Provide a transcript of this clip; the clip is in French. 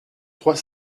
trois